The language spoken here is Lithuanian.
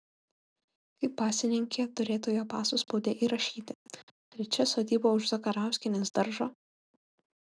kaip pasininkė turėtų jo paso spaude įrašyti trečia sodyba už zakarauskienės daržo